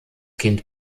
kind